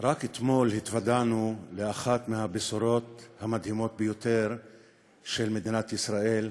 רק אתמול התוודענו לאחת מהבשורות המדהימות ביותר של מדינת ישראל,